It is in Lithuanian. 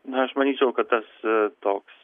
na aš manyčiau kad tas toks